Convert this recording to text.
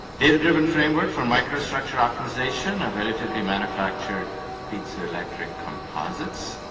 data-driven framework for microstructure optimization, of additively manufactured piezoelectric composites,